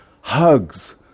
hugs